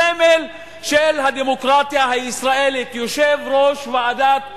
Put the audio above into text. הסמל של הדמוקרטיה הישראלית, יושב-ראש ועדת החוקה,